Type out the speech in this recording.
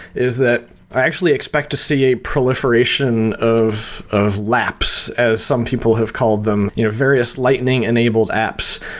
is that i actually expect to see a proliferation of of laps, as some people have called them various lightning-enabled apps,